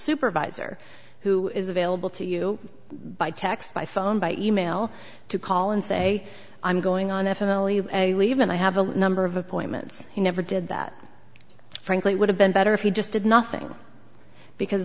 supervisor who is available to you by text by phone by e mail to call and say i'm going on f m l u a leavin i have a number of appointments he never did that frankly it would have been better if he just did nothing because